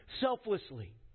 selflessly